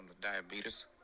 diabetes